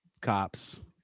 cops